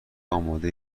اماده